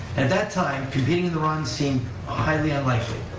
and that time, competing in the run seemed highly unlikely.